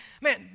man